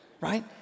Right